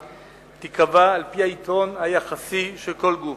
תיקבע על-פי היתרון היחסי של כל גוף.